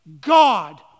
God